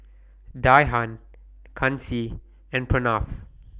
Dhyan Kanshi and Pranav